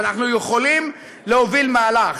אבל אנחנו יכולים להוביל מהלך.